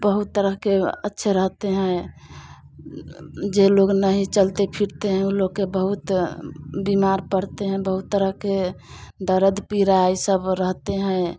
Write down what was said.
बहुत तरह के अच्छे रहते हैं जे लोग नहीं चलते फिरते हैं ऊ लोग के बहुत बीमार पड़ते हैं बहुत तरह के दर्द पीड़ा ये सब रहते हैं